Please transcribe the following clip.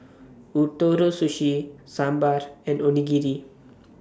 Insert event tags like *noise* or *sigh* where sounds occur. Ootoro Sushi Sambar *noise* and Onigiri